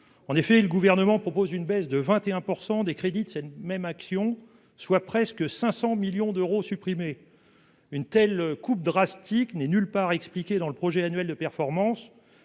en effet, le gouvernement propose une baisse de 21 % des crédits tiennent même action, soit presque 500 millions d'euros supprimer une telle coupe drastique n'est nulle part expliqué dans le projet annuel de performance